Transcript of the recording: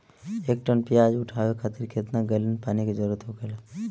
एक टन प्याज उठावे खातिर केतना गैलन पानी के जरूरत होखेला?